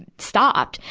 and stopped.